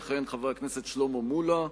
יכהן חבר הכנסת שלמה מולה.